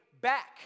back